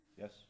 Yes